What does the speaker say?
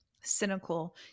cynical